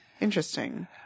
Interesting